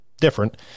different